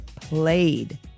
played